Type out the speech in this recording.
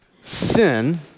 sin